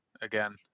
Again